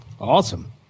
Awesome